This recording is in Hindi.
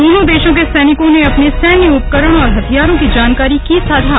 दोनों देशों के सैनिकों ने अपने सैन्य उपकरण और हथियारों की जानकारी की साझा